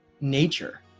nature